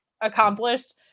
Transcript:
accomplished